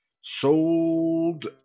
sold